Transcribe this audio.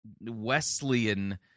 Wesleyan